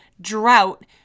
drought